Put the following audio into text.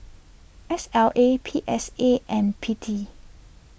S L A P S A and P T